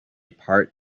part